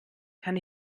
kann